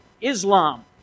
Islam